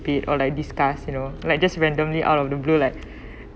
or like discuss you know like just randomly out of the blue like